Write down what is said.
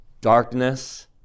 darkness